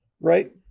Right